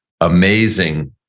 amazing